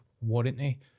warranty